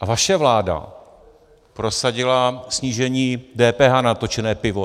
A vaše vláda prosadila snížení DPH na točené pivo.